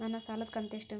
ನನ್ನ ಸಾಲದು ಕಂತ್ಯಷ್ಟು?